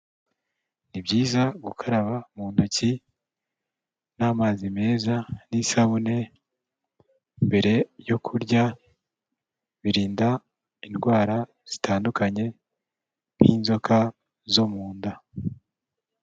Ni byiza gukaraba mu ntoki, n'amazi meza n'isabune, mbere yo kurya, birinda indwara zitandukanye nk'inzoka zo mu nda.